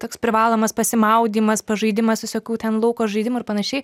toks privalomas pasimaudymas pažaidimas visokių ten lauko žaidimų ir panašiai